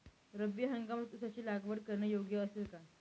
रब्बी हंगामात ऊसाची लागवड करणे योग्य असेल का?